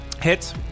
Hits